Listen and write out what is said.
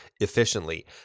efficiently